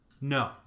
No